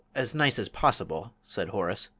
as nice as possible, said horace.